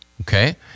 okay